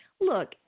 look